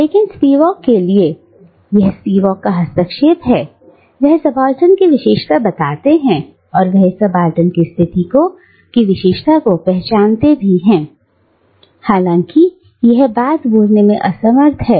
लेकिन स्पिवाक के लिए यह स्पिवाक का हस्तक्षेप है वह सबाल्टर्न की विशेषता बताते हैं और वह इस सबाल्टर्न स्थिति की विशेषता को पहचानती हैं क्योंकि वह यह बात बोलने में असमर्थ हैं